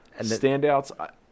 standouts